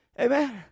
Amen